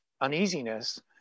uneasiness